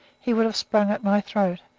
he would have sprung at my throat,